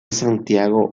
santiago